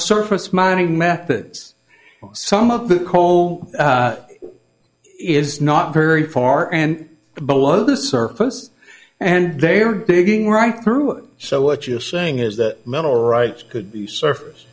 surface mining methods some of the coal is not very far and below the surface and they are digging right through it so what you're saying is that mineral rights could be surface